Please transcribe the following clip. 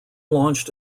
launched